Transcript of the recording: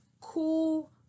cool